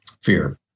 fear